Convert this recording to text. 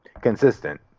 consistent